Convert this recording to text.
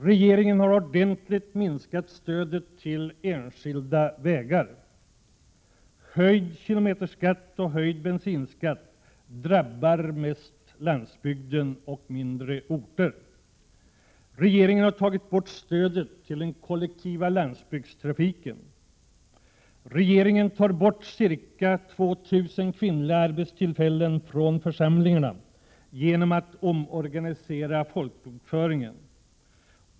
— Regeringen har väsentligt minskat stödet till enskilda vägar. — Höjd kilometerskatt och höjd bensinskatt drabbar mest landsbygden och mindre orter. — Regeringen tar bort ca 2 000 kvinnliga arbetstillfällen från församlingarna genom att folkbokföringen omorganiseras.